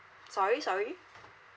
sorry sorry